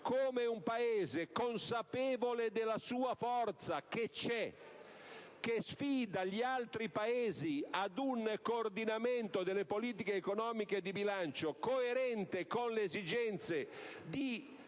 come un Paese consapevole della sua forza, che c'è e sfida gli altri Paesi ad un coordinamento delle politiche economiche e di bilancio coerente con le esigenze